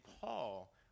Paul